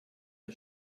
der